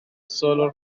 solo